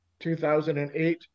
2008